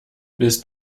willst